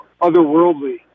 otherworldly